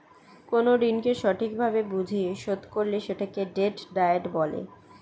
কোন ঋণকে সঠিক ভাবে বুঝে শোধ করলে সেটাকে ডেট ডায়েট বলে